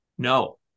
No